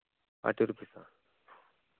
forty రుపీసా